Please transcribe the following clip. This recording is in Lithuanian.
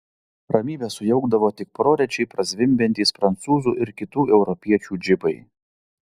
ramybę sujaukdavo tik prorečiai prazvimbiantys prancūzų ir kitų europiečių džipai